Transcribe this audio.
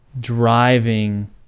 driving